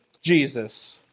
Jesus